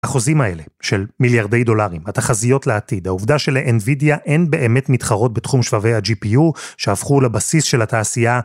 החוזים האלה של מיליארדי דולרים, התחזיות לעתיד, העובדה שלאנבידיה אין באמת מתחרות בתחום שבבי ה-GPU שהפכו לבסיס של התעשייה